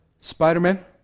Spider-Man